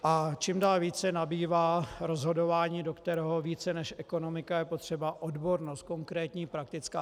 A čím dál více nabývá rozhodování, do kterého více než ekonomika je potřeba odbornost, konkrétní, praktická.